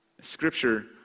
Scripture